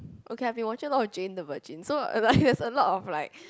okay I've been watching a lot of Jane-the-Virgin so and I there's a lot of like